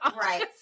Right